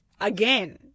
Again